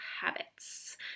habits